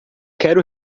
quero